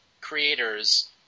creators